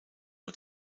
nur